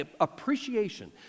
appreciation